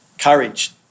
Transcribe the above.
courage